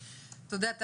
תודה.